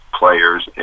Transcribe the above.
players